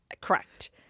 Correct